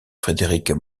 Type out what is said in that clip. frédéric